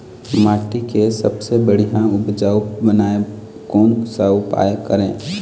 माटी के सबसे बढ़िया उपजाऊ बनाए कोन सा उपाय करें?